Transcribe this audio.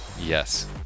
yes